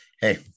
Hey